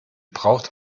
braucht